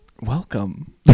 welcome